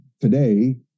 today